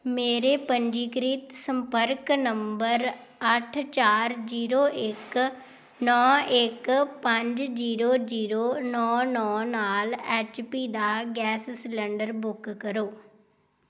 ਮੇਰੇ ਪੰਜੀਕ੍ਰਿਤ ਸੰਪਰਕ ਨੰਬਰ ਅੱਠ ਚਾਰ ਜ਼ੀਰੋ ਇੱਕ ਨੌ ਇੱਕ ਪੰਜ ਜ਼ੀਰੋ ਜ਼ੀਰੋ ਨੌ ਨੌ ਨਾਲ ਐੱਚ ਪੀ ਦਾ ਗੈਸ ਸਿਲੰਡਰ ਬੁੱਕ ਕਰੋ